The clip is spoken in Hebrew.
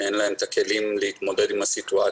שאין להם את הכלים להתמודד עם הסיטואציות,